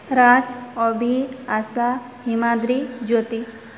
Raj Abhi Asha Himadri Jyoti